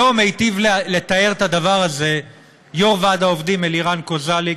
היום היטיב לתאר את הדבר הזה יו"ר ועד העובדים אלירן קוזליק,